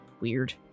weird